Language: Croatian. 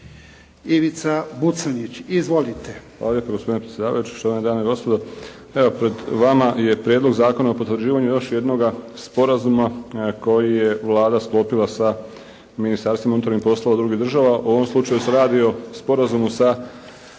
Ivica Buconjić. Izvolite.